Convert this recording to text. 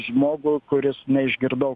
žmogų kuris neišgirdau